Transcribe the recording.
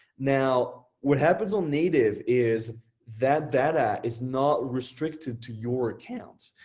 now what happens on native is that data is not restricted to your accounts.